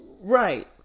right